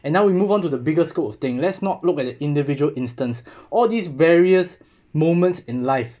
and now we move on to the biggest scope of thing let's not look at the individual instance all these various moments in life